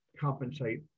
compensate